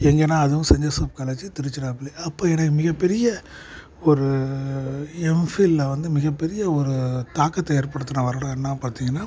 எங்கேனா அதுவும் Saint Joseph College Tiruchirappalli அப்போ எனக்கு மிகப் பெரிய ஒரு எம்ஃபில்லில் வந்து மிகப் பெரிய ஒரு தாக்கத்தை ஏற்படுத்தின வருடம் என்ன பார்த்தீங்கனா